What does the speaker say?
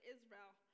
Israel